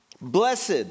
Blessed